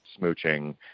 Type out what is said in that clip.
smooching